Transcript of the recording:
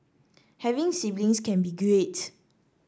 having siblings can be great